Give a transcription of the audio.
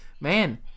Man